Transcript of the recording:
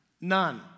None